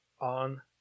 on